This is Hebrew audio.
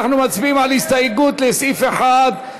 אנחנו מצביעים על הסתייגות לסעיף 1,